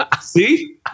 See